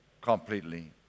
completely